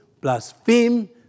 blaspheme